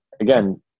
Again